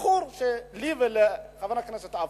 בחור, לי ולחבר הכנסת עפו: